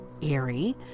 eerie